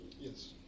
Yes